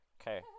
Okay